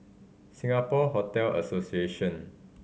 Singapore Hotel Association